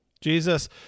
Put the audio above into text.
Jesus